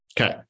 Okay